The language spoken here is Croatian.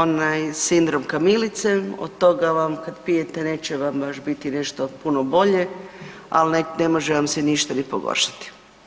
onaj sindrom kamilice, od toga vam kad pijete neće vam baš biti nešto puno bolje, ali ne može vam se ništa ni pogoršati.